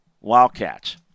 Wildcats